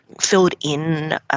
filled-in